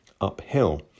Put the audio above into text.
uphill